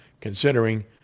considering